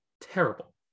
terrible